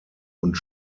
und